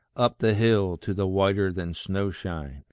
up the hill, to the whiter than snow-shine,